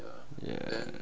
ya